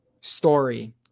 story